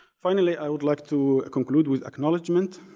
finally, i would like to conclude with acknowledgement.